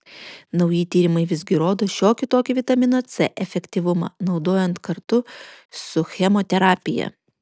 nauji tyrimai visgi rodo šiokį tokį vitamino c efektyvumą naudojant kartu su chemoterapija